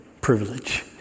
privilege